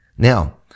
Now